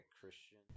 Christian